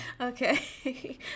okay